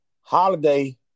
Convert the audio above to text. Holiday